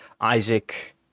Isaac